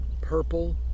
purple